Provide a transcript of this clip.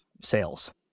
sales